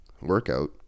workout